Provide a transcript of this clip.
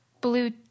blue